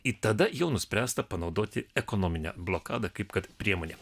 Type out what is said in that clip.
į tada jau nuspręsta panaudoti ekonominę blokadą kaip kad priemonę